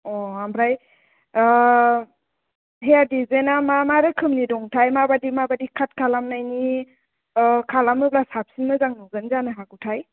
अ आमफ्राय हेयार दिजाइना मा मा रोखोमनि दं थाय माबायदि माबायदि काट खालामनायनि खालामोब्ला साबसिन मोजां नुगोन जानो हागौ थाय